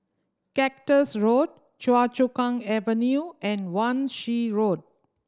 Cactus Road Choa Chu Kang Avenue and Wan Shih Road